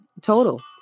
total